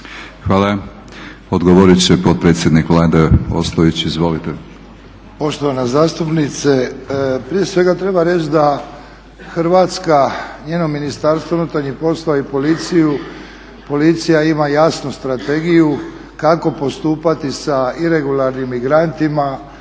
Hvala. Odgovorit će potpredsjednik Vlade Ostojić, izvolite. **Ostojić, Ranko (SDP)** Poštovana zastupnice prije svega treba reći da Hrvatska i njeno Ministarstvo unutarnjih poslova i policija ima jasnu strategiju kako postupati sa iregularnim migrantima